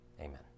amen